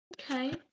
Okay